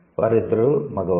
వారిద్దరూ మగవారు